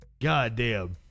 Goddamn